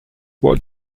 what